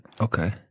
Okay